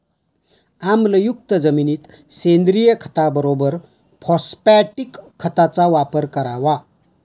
आम्लयुक्त जमिनीत सेंद्रिय खताबरोबर फॉस्फॅटिक खताचा वापर करावा